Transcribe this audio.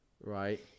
right